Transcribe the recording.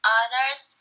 others